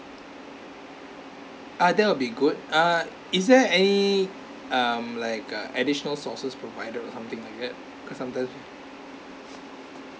ah that will be good uh is there any um like uh additional sauces provided or something like that cause sometimes